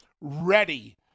ready